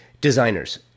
Designers